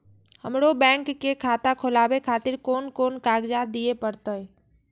हमरो बैंक के खाता खोलाबे खातिर कोन कोन कागजात दीये परतें?